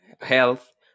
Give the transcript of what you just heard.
health